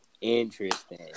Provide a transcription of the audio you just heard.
Interesting